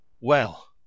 Well